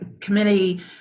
committee